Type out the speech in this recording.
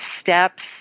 steps